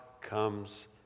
comes